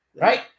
Right